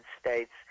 states